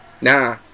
nah